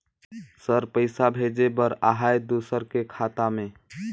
Sir पइसा भेजे बर आहाय दुसर के खाता मे?